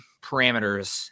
parameters